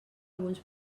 alguns